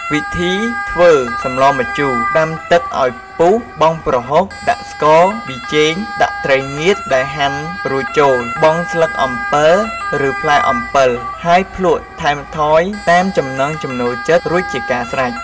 វិធីធ្វើសម្លម្ជូរ ដាំទឹកឱ្យពុះបង់ប្រហុក ដាក់ស្ករ ប៊ីចេង ដាក់ត្រីងៀតដែលហាន់រួចចូល បង់ស្លឹកអំពិលឬផ្លែអំពិលហើយភ្លក់ថែមថយតាមចំណង់ចំណូលចិត្តរួចជាការស្រេច។